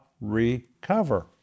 recover